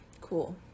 Cool